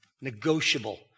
negotiable